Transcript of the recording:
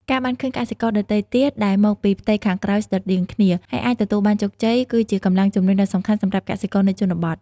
ការបានឃើញកសិករដទៃទៀតដែលមកពីផ្ទៃខាងក្រោយស្រដៀងគ្នា ហើយអាចទទួលបានជោគជ័យ គឺជាកម្លាំងជំរុញដ៏សំខាន់សម្រាប់កសិករនៅជនបទ។